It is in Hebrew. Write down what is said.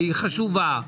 והיא חשובה,